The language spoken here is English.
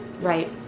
Right